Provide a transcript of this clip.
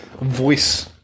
voice